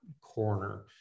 corner